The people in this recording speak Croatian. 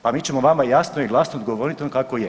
Pa mi ćemo vama jasno i glasno odgovoriti ono kako je.